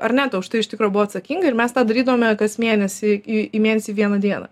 arneta už tai iš tikro buvo atsakinga ir mes tą darydavome kas mėnesį į į mėnesį vieną dieną